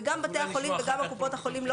וגם בתי החולים וגם קופות החולים לא